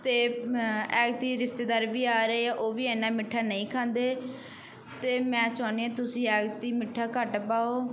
ਅਤੇ ਐਤਕੀ ਰਿਸ਼ਤੇਦਾਰ ਵੀ ਆ ਰਹੇ ਆ ਉਹ ਵੀ ਇੰਨਾ ਮਿੱਠਾ ਨਹੀਂ ਖਾਂਦੇ ਅਤੇ ਮੈਂ ਚਾਹੁੰਦੀ ਹਾਂ ਤੁਸੀਂ ਐਤਕੀ ਮਿੱਠਾ ਘੱਟ ਪਾਓ